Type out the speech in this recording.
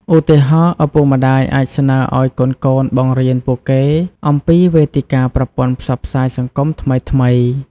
ឧទាហរណ៍ ឪពុកម្តាយអាចស្នើឱ្យកូនៗបង្រៀនពួកគេអំពីវេទិកាប្រព័ន្ធផ្សព្វផ្សាយសង្គមថ្មីៗ។